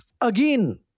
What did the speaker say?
again